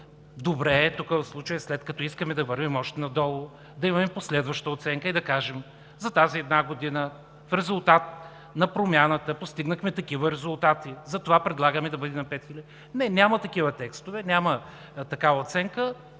Добре е тук в случая, след като искаме да вървим още надолу, да имаме последваща оценка и да кажем, че за тази една година, в резултат на промяната, постигнахме такива резултати и затова предлагаме да бъде на 5 хиляди. (Реплики.) Не, няма такива текстове, няма такава оценка!